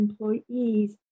employees